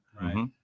right